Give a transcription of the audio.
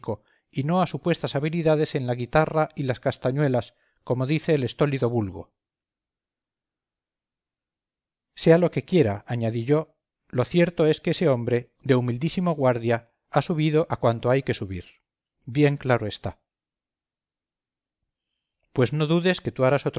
y no a supuestas habilidades en la guitarra y las castañuelas como dice el estólido vulgo sea lo que quiera añadí yo lo cierto es que ese hombre de humildísimo guardia ha subido a cuanto hay que subir bien claro está pues no dudes que tú harás